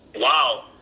Wow